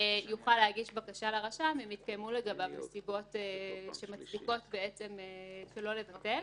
יוכל להגיש בקשה לרשם אם נתקיימו לגביו נסיבות שמצדיקות שלא לבטל.